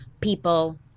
people